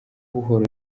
buhoro